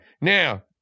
Now